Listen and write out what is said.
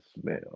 smell